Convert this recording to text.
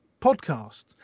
podcasts